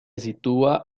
sitúa